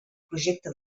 projecte